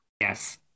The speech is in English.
Yes